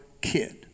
kid